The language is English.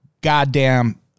goddamn